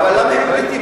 אבל למה הם פליטים?